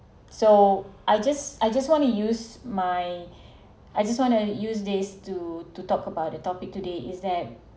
so I just I just wanna use my I just want to use this to to talk about the topic today is there